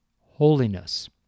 holiness